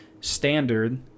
standard